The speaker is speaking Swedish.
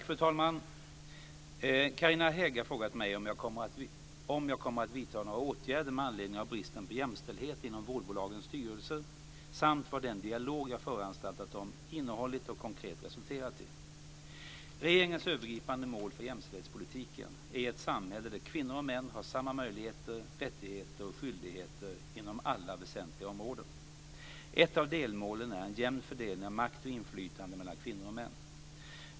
Fru talman! Carina Hägg har frågat mig om jag kommer att vidta några åtgärder med anledning av bristen på jämställdhet inom vårdbolagens styrelser samt vad den dialog jag föranstaltat om innehållit och konkret resulterat i. Regeringens övergripande mål för jämställdhetspolitiken är ett samhälle där kvinnor och män har samma möjligheter, rättigheter och skyldigheter inom alla väsentliga områden. Ett av delmålen är en jämn fördelning av makt och inflytande mellan kvinnor och män.